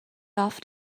off